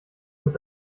mit